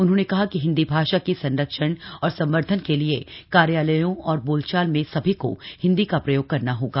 उन्होने कहा कि हिन्दी भाषा के संरक्षण और संवर्धन के लिए कार्यालयों और बोलचाल में सभी को हिन्दी का प्रयोग करना होगा